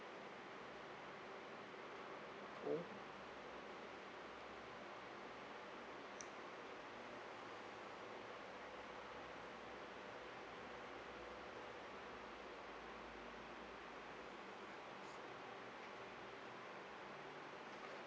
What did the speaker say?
oh